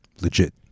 Legit